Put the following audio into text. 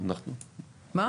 זה